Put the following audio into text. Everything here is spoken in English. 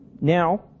Now